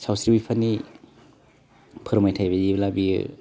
सावस्रि बिफाननि फोरमायथाइ बियोब्ला बियो